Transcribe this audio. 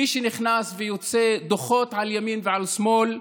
מי שנכנס ויוצא, דוחות על ימין ועל שמאל,